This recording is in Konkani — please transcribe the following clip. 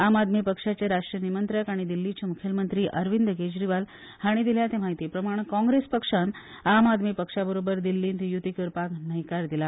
आम आदमी पक्षाचे राष्ट्रीय निमंत्रक आनी दिल्लीचे मुखेलमंत्री अरविंद केजरीवाल हाणी दिल्या ते म्हायतीप्रमाण काँग्रेस पक्षान आम आदमी पक्षाबरोबर दिल्लीत यूती करपाक न्हयकार दिला